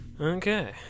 Okay